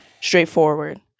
straightforward